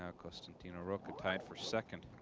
ah costantino rocca tied for second.